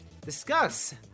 discuss